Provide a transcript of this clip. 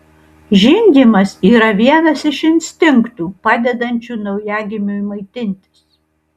žindymas yra vienas iš instinktų padedančių naujagimiui maitintis